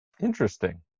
Interesting